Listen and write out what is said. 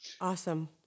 Awesome